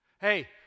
Hey